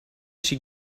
she